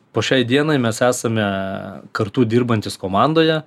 po šiai dienai mes esame kartu dirbantys komandoje